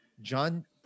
John